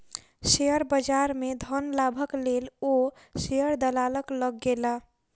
share बजार में धन लाभक लेल ओ शेयर दलालक लग गेला